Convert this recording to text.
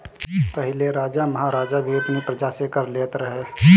पहिले राजा महाराजा भी अपनी प्रजा से कर लेत रहे